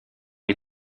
est